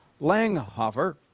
Langhoffer